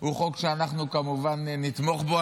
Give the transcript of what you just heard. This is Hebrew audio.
הוא חוק שאנחנו כמובן נתמוך בו.